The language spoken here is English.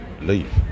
leave